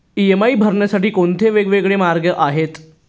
EMI भरण्यासाठी कोणते वेगवेगळे मार्ग आहेत?